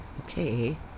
Okay